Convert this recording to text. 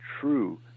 true